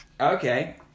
Okay